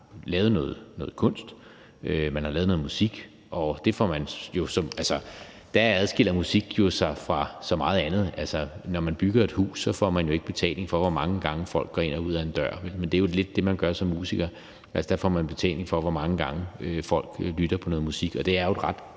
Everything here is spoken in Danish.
man har lavet noget kunst, man har lavet noget musik – og der adskiller musik sig fra så meget andet. Når man bygger et hus, får man jo ikke betaling for, hvor mange gange folk går ind og ud ad en dør, men det er jo lidt det, man gør som musiker; der får man betaling for, hvor mange gange folk lytter til noget musik, og det er jo et ret